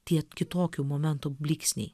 tie kitokių momentų blyksniai